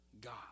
God